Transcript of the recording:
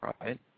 right